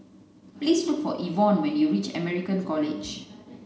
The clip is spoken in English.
please look for Yvonne when you reach American College